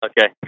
Okay